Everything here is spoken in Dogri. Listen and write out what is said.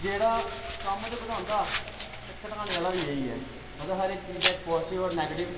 जेह्ड़ा कम्म ते बधांदा ऐ घटाने आह्ला बी इ'यै ऐ मतलब हर चीजाा दे पाजटिव ते नैगाटिव